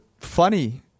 funny